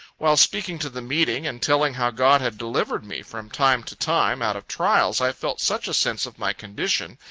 while speaking to the meeting, and telling how god had delivered me from time to time out of trials, i felt such a sense of my condition,